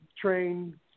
trained